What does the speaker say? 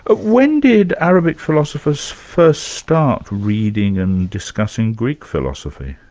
ah when did arab philosophers first start reading and discussing greek philosophy?